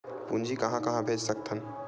पूंजी कहां कहा भेज सकथन?